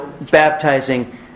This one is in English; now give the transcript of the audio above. baptizing